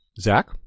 Zach